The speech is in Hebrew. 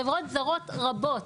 חברות זרות רבות,